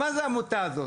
מה נותנת לי העמותה הזאת?